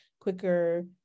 quicker